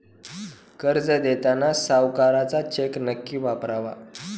कर्ज देताना सावकाराचा चेक नक्की वापरावा